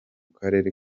karere